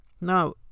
Now